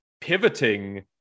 pivoting